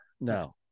No